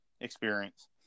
experience